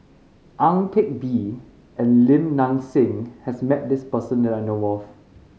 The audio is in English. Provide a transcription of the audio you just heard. Ang Teck Bee and Lim Nang Seng has met this person that I know of